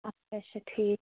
اَچھا اَچھا ٹھیٖک